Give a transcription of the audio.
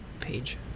page